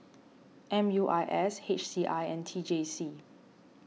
M U I S H C I and T J C